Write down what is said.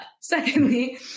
secondly-